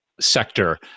sector